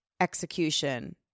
execution